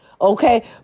Okay